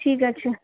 ঠিক আছে